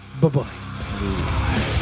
Bye-bye